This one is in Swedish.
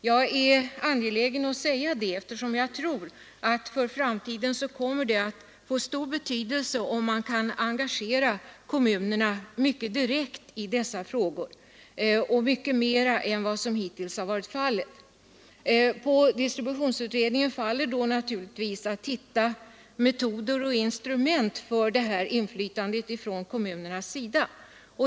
Jag är angelägen om att säga detta, eftersom jag tror att det för framtiden kommer att få stor betydelse, om man kan engagera kommunerna direkt i dessa frågor i större utsträckning än vad som hittills varit fallet. På distributionsutredningen faller då naturligtvis att hitta metoder och instrument för detta inflytande från kommunerna.